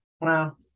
Wow